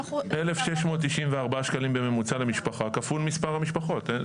1,694 שקלים בממוצע למשפחה כפול מספר המשפחות.